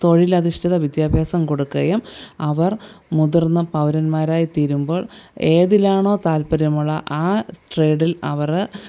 തൊഴിലധിഷ്ഠിത വിദ്യാഭ്യാസം കൊടുക്കുകയും അവർ മുതിർന്ന പൗരന്മാരായിത്തീരുമ്പോൾ ഏതിലാണോ താല്പര്യമുള്ളത് ആ ട്രെയ്ഡിൽ അവര്